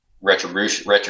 retribution